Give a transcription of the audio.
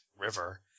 River